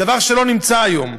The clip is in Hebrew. דבר שלא קיים היום,